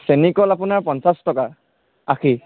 চেনী কল আপোনাৰ পঞ্চাছ টকা আষি